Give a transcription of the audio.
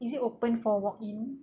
is it open for walk-in